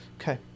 Okay